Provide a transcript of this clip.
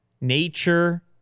nature